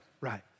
right